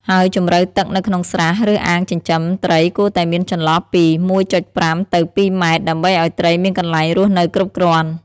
ហើយជម្រៅទឹកនៅក្នុងស្រះ ឬអាងចិញ្ចឹមត្រីគួរតែមានចន្លោះពី ១.៥ ទៅ ២ ម៉ែត្រ ដើម្បីឲ្យត្រីមានកន្លែងរស់នៅគ្រប់គ្រាន់។